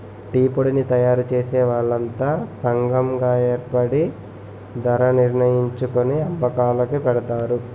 టీపొడిని తయారుచేసే వాళ్లంతా సంగం గాయేర్పడి ధరణిర్ణించుకొని అమ్మకాలుకి పెడతారు